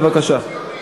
בבקשה.